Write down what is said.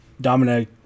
Dominic